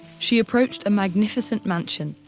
she approached a magnificent mansion,